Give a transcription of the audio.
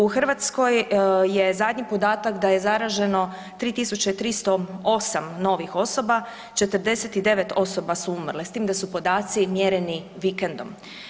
U Hrvatskoj je zadnji podatak da je zaraženo 3308 novih osoba, 49 osoba su umrle, s tim da su podaci mjereni vikendom.